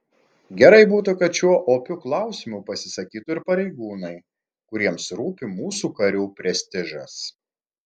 gerai būtų kad šiuo opiu klausimu pasisakytų ir pareigūnai kuriems rūpi mūsų karių prestižas